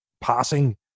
passing